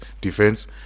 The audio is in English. defense